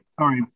sorry